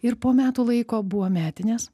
ir po metų laiko buvo metinės